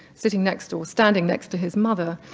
sitting next to or standing next to his mother,